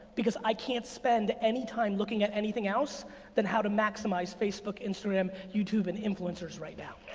because i can't spend any time looking at anything else than how to maximize facebook, instagram, youtube and influencers right now.